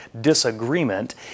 disagreement